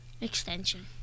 extension